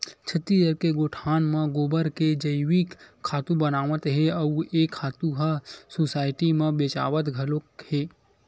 छत्तीसगढ़ के गोठान म गोबर के जइविक खातू बनावत हे अउ ए खातू ह सुसायटी म बेचावत घलोक हे